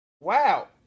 Wow